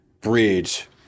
bridge